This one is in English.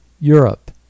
Europe